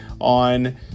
on